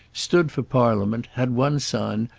stood for parliament, had one son,